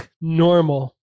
normal